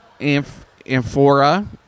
Amphora